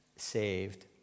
saved